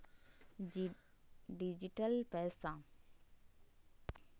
digital पैसा सभे लोग और सभे कंपनी इस्तमाल करो हइ